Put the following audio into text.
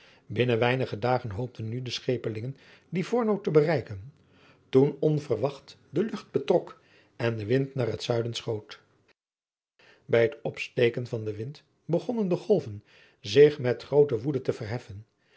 binnen weinige dagen hoopten nu de schepelingen livorno te bereiken toen onverwacht de lucht betrok adriaan loosjes pzn het leven van maurits lijnslager en de wind naar het zuiden schoot bij het opsteken van den wind begonnen de golven zich met groote woede te verheffen